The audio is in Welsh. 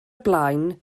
blaen